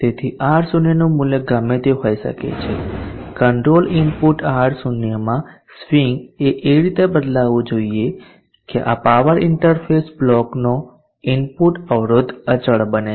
તેથી R0 નું મૂલ્ય ગમે તે હોઈ શકે છે કંટ્રોલ ઇનપુટ R0 માં સ્વીંગ એ રીતે બદલાવું જોઈએ કે આ પાવર ઇન્ટરફેસ બ્લોકનો ઇનપુટ અવરોધ અચળ બને છે